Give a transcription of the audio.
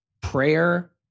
prayer